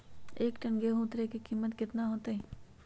एक टन गेंहू के उतरे के कीमत कितना होतई?